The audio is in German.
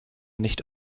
nicht